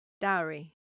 Dowry